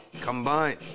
Combined